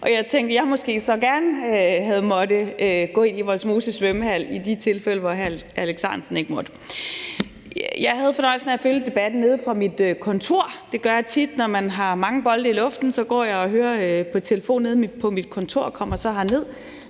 jeg tænker, at jeg måske så gerne havde måttet gå ind i Vollsmose svømmehal i de tilfælde, hvor hr. Alex Ahrendtsen ikke måtte. Jeg havde fornøjelsen af at følge debatten nede fra mit kontor. Det gør jeg tit, når jeg har mange bolde i luften. Så går jeg og hører det på min telefon nede på mit kontor og kommer så herned,